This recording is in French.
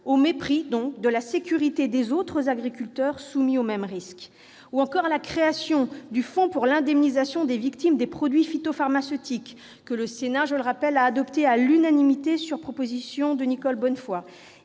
au mépris de la sécurité des autres agriculteurs, soumis aux mêmes risques. Quant à la création du fonds d'indemnisation des victimes des produits phytopharmaceutiques, que le Sénat, je le rappelle, avait adoptée à l'unanimité sur proposition de Nicole Bonnefoy,